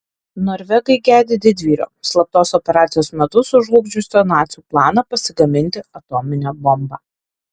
norvegai gedi didvyrio slaptos operacijos metu sužlugdžiusio nacių planą pasigaminti atominę bombą